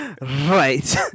Right